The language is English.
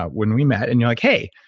ah when we met, and you're like, hey,